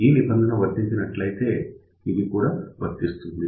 ఈ నిబంధన వర్తించినట్లయితే ఇది కూడా వర్తిస్తుంది